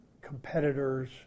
competitors